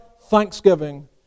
thanksgiving